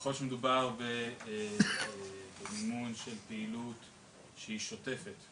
ככל שמדובר במימון של פעילות שהיא שוטפת,